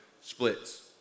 splits